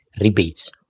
rebates